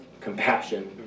compassion